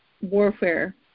warfare